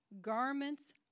garments